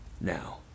Now